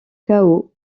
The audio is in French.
chaos